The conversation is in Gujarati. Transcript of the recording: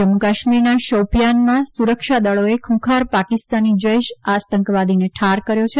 જમ્મુ કાશ્મીરના શોપિયાનમાં સુરક્ષા દળોએ ખુંખાર પાકિસ્તાની જૈશ આતંકવાદીને ઠાર કર્યો છે